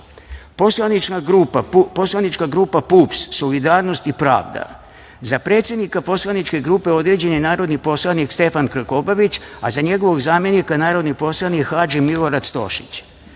Poslanička grupa PUPS – Solidarnost i pravda. Za predsednika poslaničke grupe određen je narodni poslanik Stefan Krkobabić, a za njegovog zamenika narodni poslanik Hadži Milorad Stošić;-